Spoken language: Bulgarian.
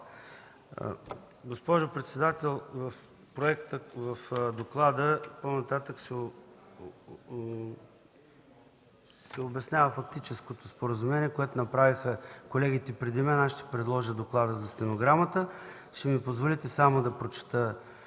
Госпожо председател, в доклада по-нататък се обяснява фактическото споразумение, което направиха колегите преди мен. Аз ще предложа доклада за стенограмата. Ще ми позволите само да прочета